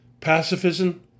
Pacifism